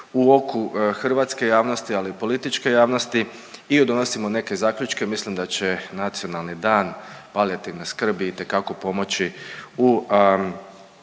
u oku hrvatske javnosti, ali i političke javnosti i donosimo neke zaključke. Mislim da će Nacionalni dan palijativne skrbi itekako pomoći u